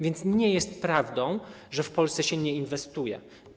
Więc nie jest prawdą, że w Polsce się nie inwestuje.